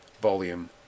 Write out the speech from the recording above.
volume